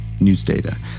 Newsdata